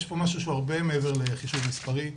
יש פה משהו שהוא הרבה מעבר לחישוב מספרי.